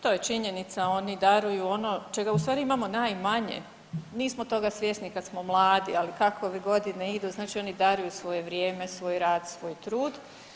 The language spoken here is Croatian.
To je činjenica oni daruju ono čega ustvari imamo najmanje, nismo toga svjesni kad smo mladi ali ove godine idu znači oni daruju svoje vrijeme, svoj rad, svoj trud.